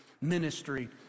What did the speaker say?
ministry